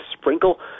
sprinkle